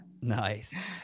Nice